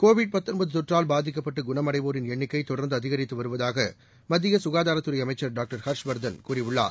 Covid தொற்றால் பாதிக்கப்பட்டுகுணமடைவோரின் எண்ணிக்கைதொடர்ந்துஅதகரித்துவருவதாகமத்தியசுகாதாரத்துறைஅமைச்சர் டாக்டர் ஹர்ஷ்வர்தன் கூறியுள்ளார்